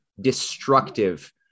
destructive